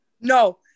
No